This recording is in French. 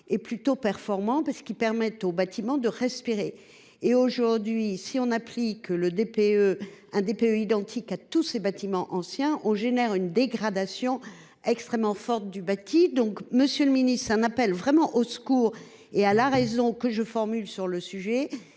et performants permettant aux bâtiments de respirer. Aujourd’hui, si on applique un DPE identique à tous ces bâtiments anciens, on risque d’entraîner une dégradation extrêmement forte du bâti. Monsieur le ministre, c’est un appel au secours et à la raison que je formule sur ce sujet